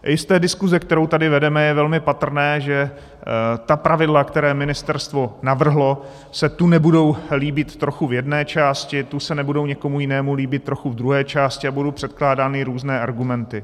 I z diskuse, kterou tady vedeme, je velmi patrné, že ta pravidla, která ministerstvo navrhlo, se tu nebudou líbit trochu v jedné části, tu se nebudou někomu jinému líbit trochu v druhé části a budou předkládány různé argumenty.